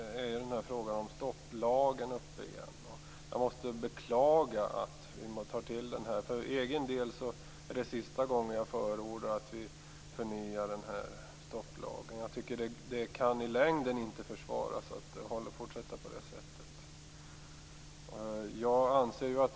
Där är frågan om stopplagen uppe igen. Jag måste beklaga att vi måste ta till den. För egen del är det sista gången jag förordar att vi förnyar stopplagen. Det kan inte i längden försvaras att vi fortsätter på det här sättet.